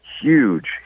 huge